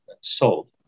sold